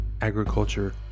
agriculture